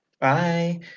Bye